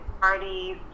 parties